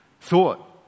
thought